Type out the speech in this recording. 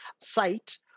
site